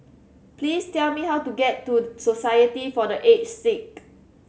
please tell me how to get to Society for The Aged Sick